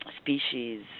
species